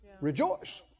rejoice